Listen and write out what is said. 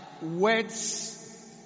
words